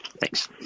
Thanks